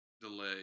delay